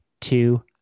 two